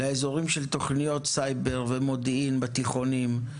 לאזורים של תוכניות סייבר ומודיעין בתיכונים,